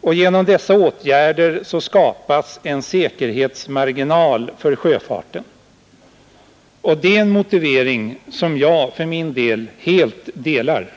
uppnås. Genom dessa åtgärder skapas en säkerhetsmarginal för sjöfarten. Det är en motivering som jag helt godkänner.